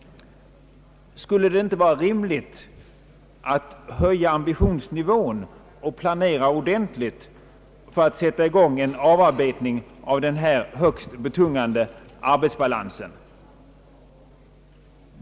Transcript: Skulle det inte vara rimligt att höja ambitionsnivån och planera ordentligt för en avarbetning av denna högst betungande arbetsbalans?